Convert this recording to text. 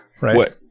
right